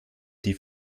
die